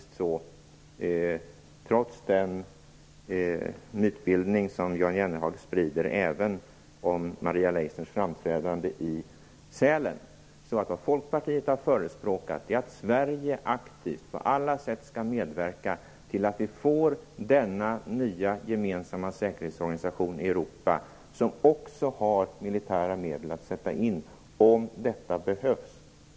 Trots den mytbildning som Jan Jennehag sprider även om Maria Leissners framträdande i Sälen har Folkpartiet faktiskt förespråkat att Sverige aktivt på alla sätt skall medverka till att vi får denna nya gemensamma säkerhetsorganisation i Europa, som också har militära medel att sätta in om detta behövs.